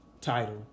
title